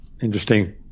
interesting